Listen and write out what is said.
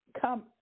come